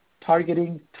targeting